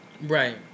Right